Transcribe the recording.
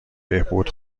بهبود